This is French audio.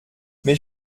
mes